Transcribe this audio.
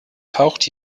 taucht